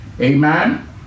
Amen